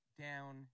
down